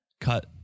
cut